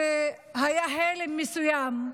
שהיה הלם מסוים.